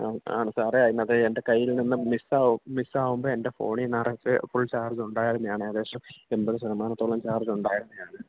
ആ ആണ് സാറേ അതിനകത്ത് എൻ്റെ കയ്യിൽ നിന്നും മിസ്സ് ആവും മിസ്സ് ആവുമ്പോൾ എൻ്റെ ഫോണിൽ നിറച്ച് ഫുൾ ചാർജ് ഉണ്ടായിരുന്നതാണ് ഏകദേശം എമ്പത് ശതമാനത്തോളം ചാർജ് ഉണ്ടായിരുന്നതാണ്